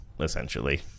essentially